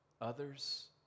Others